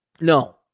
No